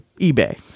eBay